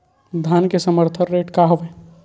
धान के समर्थन रेट का हवाय?